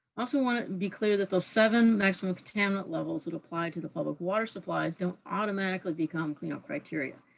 also want to be clear that those seven maximum contaminant levels that apply to the public water supplies don't automatically become cleanup criteria.